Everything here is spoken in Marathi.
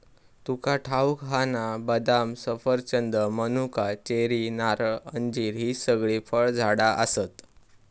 तुका ठाऊक हा ना, बदाम, सफरचंद, मनुका, चेरी, नारळ, अंजीर हि सगळी फळझाडा आसत